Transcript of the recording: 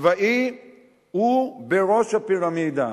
צבאי הוא בראש הפירמידה.